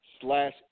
slash